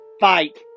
Fight